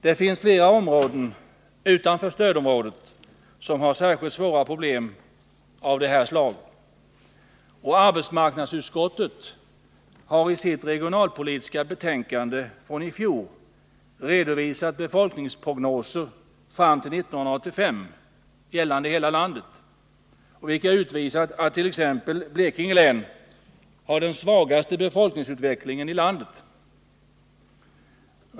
Det finns flera områden utanför stödområdet som har särskilt svåra problem av regionalpolitisk karaktär. Arbetsmarknadsutskottet har i sitt regionalpolitiska betänkande i fjol redovisat befolkningsprognoser fram till 1985, vilka utvisar t.ex. att Blekinge län har den svagaste befolkningsutvecklingen i landet.